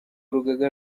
urugaga